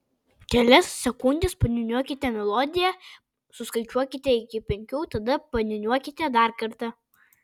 kelias sekundes paniūniuokite melodiją suskaičiuokite iki penkių tada paniūniuokite dar kartą